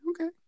Okay